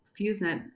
FUSENET